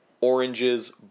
oranges